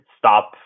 stop